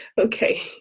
okay